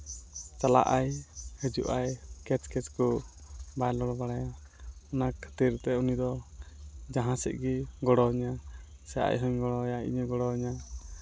ᱪᱟᱞᱟᱜᱼᱟᱭ ᱦᱤᱡᱩᱜᱼᱟᱭ ᱠᱷᱮᱪ ᱠᱷᱮᱪ ᱠᱚ ᱵᱟᱭ ᱨᱚᱲ ᱵᱟᱲᱟᱭᱟ ᱚᱱᱟ ᱠᱷᱟᱹᱛᱤᱨ ᱛᱮ ᱩᱱᱤ ᱫᱚ ᱡᱟᱦᱟᱸᱥᱮᱫ ᱜᱮ ᱜᱚᱲᱚᱣᱟᱹᱧᱟᱹ ᱥᱮ ᱟᱡᱦᱩᱧ ᱜᱚᱲᱚᱣᱟᱭᱟ ᱤᱧᱮ ᱜᱚᱲᱚᱣᱟᱹᱧᱟᱹ